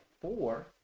four